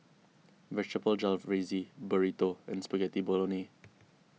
Vegetable Jalfrezi Burrito and Spaghetti Bolognese